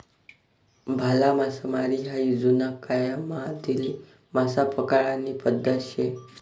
भाला मासामारी हायी जुना कायमाधली मासा पकडानी पद्धत शे